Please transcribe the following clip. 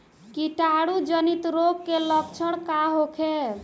कीटाणु जनित रोग के लक्षण का होखे?